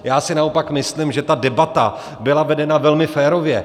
Já si naopak myslím, že debata byla vedena velmi férově.